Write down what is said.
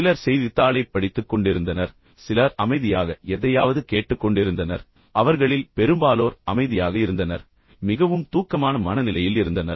சிலர் செய்தித்தாளைப் படித்துக்கொண்டிருந்தனர் சிலர் அமைதியாக எதையாவது கேட்டுக்கொண்டிருந்தனர் அவர்களில் பெரும்பாலோர் அமைதியாக இருந்தனர் மிகவும் தூக்கமான மனநிலையில் இருந்தனர்